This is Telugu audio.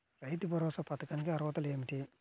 రైతు భరోసా పథకానికి అర్హతలు ఏమిటీ?